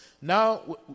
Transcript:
Now